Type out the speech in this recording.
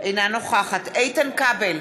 אינה נוכחת איתן כבל,